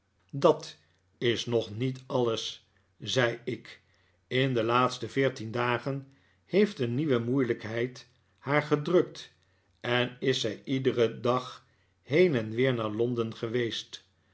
dat is nog niet alles zei ik in de laatste veertien dagen heeft een nieuwe moeilijkheid haar gedrukt en is zij iederen dag heen en weer naar londen geweest